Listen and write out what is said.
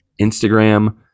Instagram